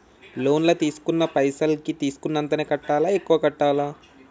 Loan లా తీస్కున్న పైసల్ కి తీస్కున్నంతనే కట్టాలా? ఎక్కువ కట్టాలా?